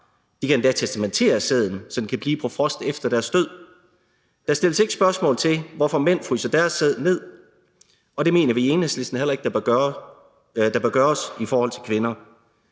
De kan endda testamentere sæden, så den kan blive på frost efter deres død. Der stilles ikke spørgsmål til, hvorfor mænd fryser deres sæd ned, og det mener vi i Enhedslisten heller ikke der bør gøres i forhold til kvinder.